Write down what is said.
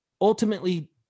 ultimately